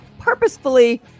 purposefully